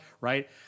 right